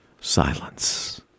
silence